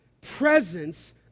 presence